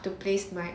to place my